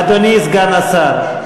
אדוני סגן השר,